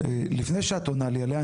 לפני שאת עונה לי עליה,